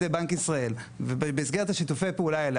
ידי בנק ישראל ובמסגרת שיתופי הפעולה האלה,